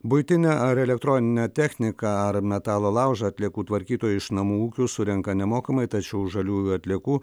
buitinę ar elektroninę techniką ar metalo laužą atliekų tvarkytojai iš namų ūkių surenka nemokamai tačiau žaliųjų atliekų